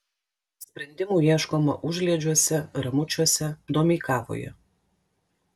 sprendimų ieškoma užliedžiuose ramučiuose domeikavoje